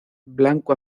blanco